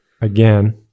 again